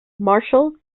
marshall